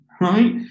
right